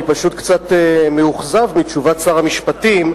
אני פשוט קצת מאוכזב מתשובת שר המשפטים.